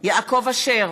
יעקב אשר,